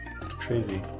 Crazy